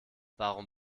warum